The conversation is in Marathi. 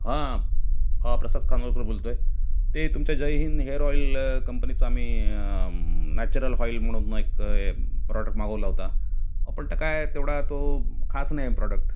हां हां प्रसाद खानोलकर बोलतो आहे ते तुमच्या जयहिंद हेअर ऑइल कंपनीचं आम्ही नॅचरल हॉईल म्हणून एक प्रॉडक मागवला होता हो पण त्या काय तेवढा तो खास नाही प्रॉडक्ट